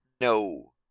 no